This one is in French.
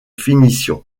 finition